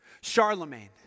Charlemagne